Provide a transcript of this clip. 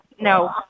No